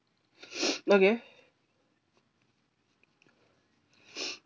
okay